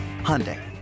Hyundai